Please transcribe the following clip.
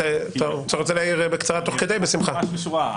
אתה רוצה להעיר תוך כדי בקצרה, בשמחה.